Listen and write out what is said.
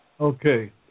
Okay